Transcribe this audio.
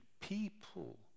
people